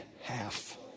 half